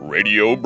Radio